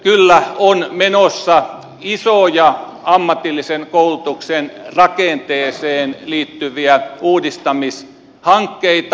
kyllä on menossa isoja ammatillisen koulutuksen rakenteeseen liittyviä uudis tamishankkeita